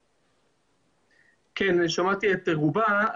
כן, שמעתי את רובה.